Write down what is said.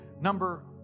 Number